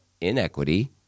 inequity